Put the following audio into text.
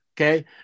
Okay